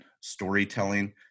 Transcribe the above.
storytelling